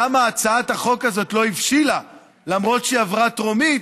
למה הצעת החוק הזאת לא הבשילה למרות שהיא עברה טרומית,